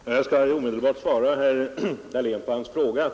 Fru talman! Jag skall omedelbart svara herr Dahlén på hans fråga.